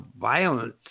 violence